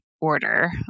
order